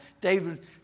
David